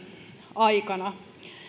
aikana